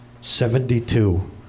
Seventy-two